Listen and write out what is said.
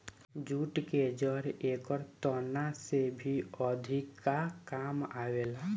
jute के जड़ एकर तना से भी अधिका काम आवेला